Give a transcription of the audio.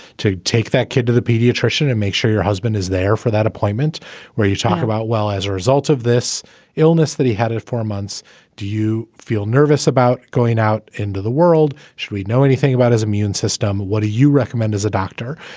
to take that kid to the pediatrician and make sure your husband is there for that appointment where you talk about, well, as a result of this illness, that he had it for months do you feel nervous about going out into the world? should we know anything about his immune system? what do you recommend as a doctor?